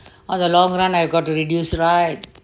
on the long run I got to reduce right